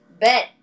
bet